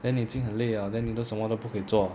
then 你已经很累了 then 你都什么都不可以做